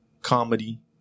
comedy